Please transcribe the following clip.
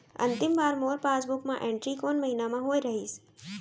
अंतिम बार मोर पासबुक मा एंट्री कोन महीना म होय रहिस?